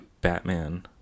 batman